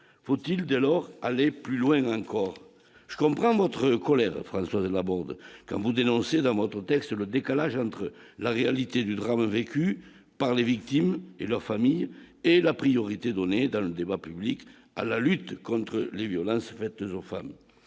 faut-il alors aller plus loin encore, je comprends votre colère Françoise Laborde quand vous dénoncez dans votre texte le décalage entre la réalité du drame vécu par les victimes et leurs familles et la priorité donnée dans le débat public à la lutte contre les violences faites enfin